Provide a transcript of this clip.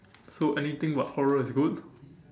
so anything but horror is good